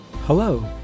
Hello